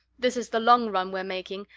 this is the long run we're making,